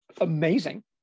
amazing